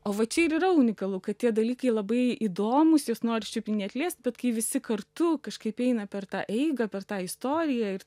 o va čia ir yra unikalu kad tie dalykai labai įdomūs juos noris čiupinėti liest bet kai visi kartu kažkaip eina per tą eigą per tą istoriją ir